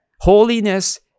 Holiness